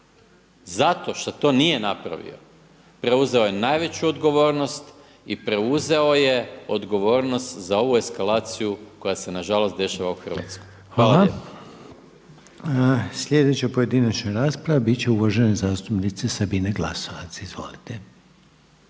Zato šta to nije napravio preuzeo je najveću odgovornost i preuzeo je odgovornost za ovu eskalaciju koja se nažalost dešava u Hrvatskoj. Hvala lijepa. **Reiner, Željko (HDZ)** Sljedeća pojedinačna rasprava biti će uvažene zastupnice Sabine Glasovac. Izvolite.